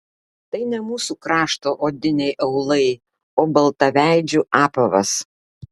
tai ne mūsų krašto odiniai aulai o baltaveidžių apavas